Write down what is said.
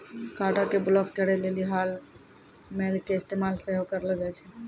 कार्डो के ब्लाक करे लेली हाटमेल के इस्तेमाल सेहो करलो जाय छै